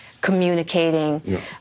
communicating